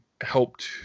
helped